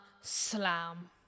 Slam